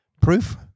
proof